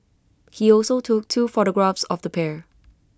he also took two photographs of the pair